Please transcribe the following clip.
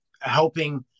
helping